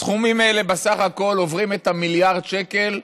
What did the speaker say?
סכומים אלה בסך הכול עוברים את המיליארד שקל,